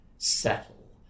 settle